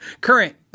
Current